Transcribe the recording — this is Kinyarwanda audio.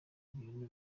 ibintu